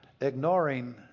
ignoring